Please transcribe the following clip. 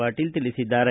ಪಾಟೀಲ ತಿಳಿಸಿದ್ದಾರೆ